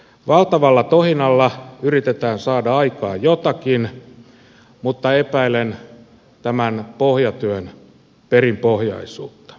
valtavalla tohinalla yritetään saada aikaan jotakin mutta epäilen tämän pohjatyön perinpohjaisuutta